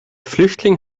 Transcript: flüchtling